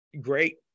Great